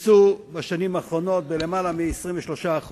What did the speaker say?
שקוצצו בשנים האחרונות ביותר מ-23%